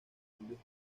indios